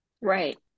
Right